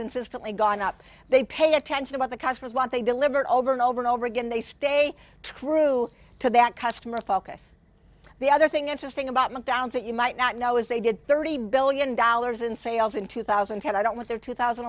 consistently gone up they pay attention about the customers what they deliver over and over and over again they stay true to that customer focus the other thing interesting about mcdonald's that you might not know is they did thirty billion dollars in sales in two thousand and ten i don't want their two thousand